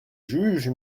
juge